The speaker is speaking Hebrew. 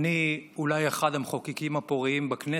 אני אולי אחד המחוקקים הפוריים בכנסת,